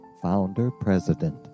founder-president